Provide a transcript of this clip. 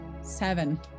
seven